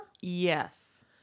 Yes